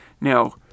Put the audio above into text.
Now